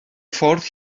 ffordd